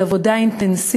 על עבודה אינטנסיבית,